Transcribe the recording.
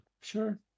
Sure